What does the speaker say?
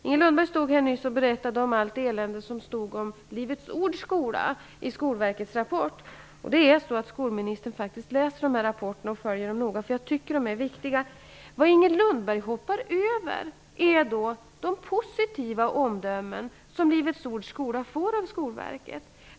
Inger Lundberg stod här nyss och berättade om allt elände som framgick om Livets Ords skola i Skolverkets rapport. Skolministern läser och följer upp dessa rapporter. Jag tycker att de är viktiga. Men Inger Lundberg hoppar över de positiva omdömen som Livets Ords skola får av Skolverket.